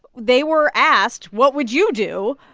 they were asked, what would you do?